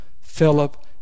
Philip